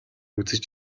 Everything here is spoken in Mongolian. үзэж